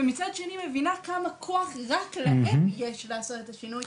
ומצד שני אני מבינה כמה כוח יש להם לעשות את השינוי.